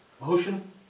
Motion